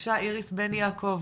בבקשה איריס בן יעקב